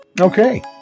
Okay